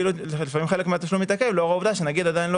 לפעמים חלק מהתשלום מתעכב לאור העובדה שנגיד עדיין לא